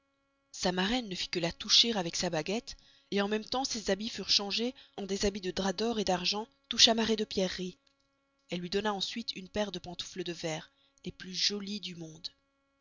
sa maraine ne fit que la toucher avec sa baguette en même tems ses habits furent changez en des habits de drap d'or d'argent tout chamarrez de pierreries elle luy donna ensuite une paire de pentoufles de verre les plus jolies du monde